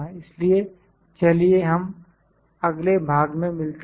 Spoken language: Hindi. इसलिए चलिए हम अगले भाग में मिलते हैं